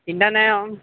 চিন্তা নাই অঁ